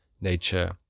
nature